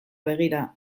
begira